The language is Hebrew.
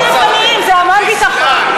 ועוד 90,000 עניים זה המון ביטחון.